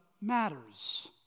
matters